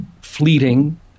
fleeting